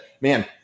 man